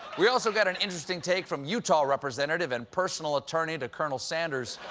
we also got an interesting take from utah representative and personal attorney to colonel sanders,